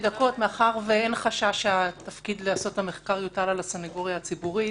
מאחר שאין חשש שהתפקיד לעשות את המחקר יוטל על הסנגוריה הציבורית